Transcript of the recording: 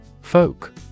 Folk